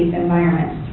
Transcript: environment.